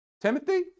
Timothy